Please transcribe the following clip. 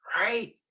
Right